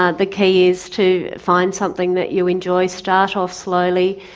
ah the key is to find something that you enjoy, start off slowly,